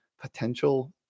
potential